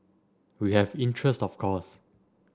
we have interest of course